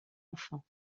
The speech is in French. enfants